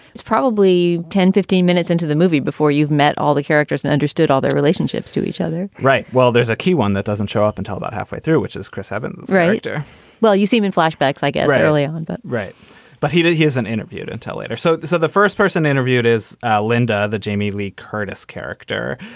it's probably ten, fifteen minutes into the movie before you've met all the characters and understood all their relationships to each other, right? well, there's a key one that doesn't show up until about halfway through, which is chris evans, right writer well, you seem in flashbacks, i guess, early on. but right but he did he wasn't and interviewed until late or so. so the first person interviewed is linda, the jamie lee curtis character.